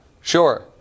Sure